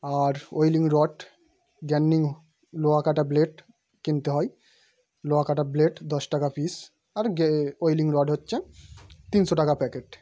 আর welding rod grinding লোহা কাটা blade কিনতে হয় লোহা কাটা ব্লেড দশ টাকা পিস আর গিয়ে ওয়েল্ডিং রড হচ্ছে তিনশো টাকা প্যাকেট